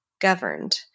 governed